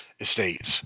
estates